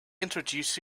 introduce